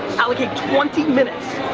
allocate twenty minutes.